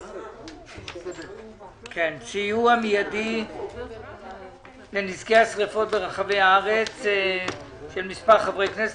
בנושא: סיוע מידי לנזקי השריפות ברחבי הארץ של מספר חברי כנסת,